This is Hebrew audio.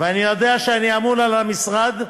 ואני יודע שאני אמון על המשרד,